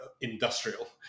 industrial